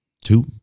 two